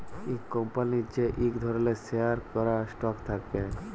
ইক কম্পলির যে ইক ধরলের শেয়ার ক্যরা স্টক থাক্যে